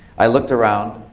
i looked around.